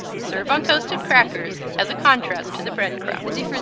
serve on toasted crackers, as a contrast to the bread crumbs.